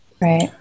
Right